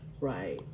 Right